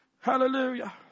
Hallelujah